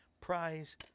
prize